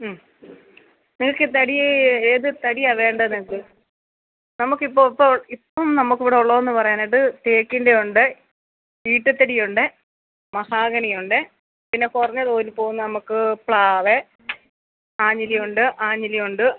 മ്മ് നിങ്ങൾക്ക് തടീ ഏതു തടിയാണ് വേണ്ടത് നിങ്ങൾക്ക് നമുക്കിപ്പോൾ ഇപ്പോൾ ഇപ്പം നമുക്ക് ഇവിടെ ഉള്ളതെന്നു പറയാനായിട്ട് തേക്കിൻ്റെ ഉണ്ട് ഈട്ടിത്തടി ഉണ്ട് മഹാഗണിയുണ്ട് പിന്നെ കുറഞ്ഞ തോതിൽ പോകുന്ന നമുക്ക് പ്ലാവ് ആഞ്ഞിലിയുണ്ട് ആഞ്ഞിലിയുണ്ട്